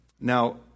Now